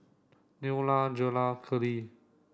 Neola Jerod Keeley